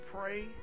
pray